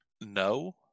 No